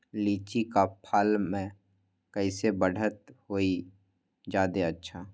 लिचि क फल म कईसे बढ़त होई जादे अच्छा?